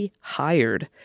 hired